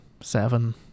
seven